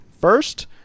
first